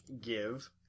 Give